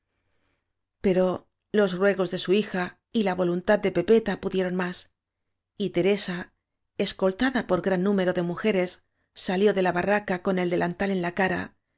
pero los ruegos de su hija y la voluntad de pepeta pudieron más y teresa escoltada por gran número de mujeres salió de la ba rraca con el delantal en la cara